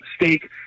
mistake